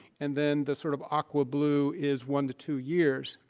and then the sort of aqua blue is one to two years.